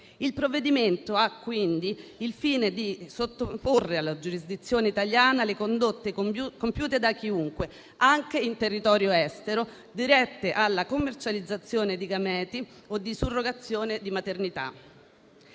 Il provvedimento ha quindi il fine di sottoporre alla giurisdizione italiana le condotte compiute da chiunque, anche in territorio estero, dirette alla commercializzazione di gameti o di surrogazione di maternità.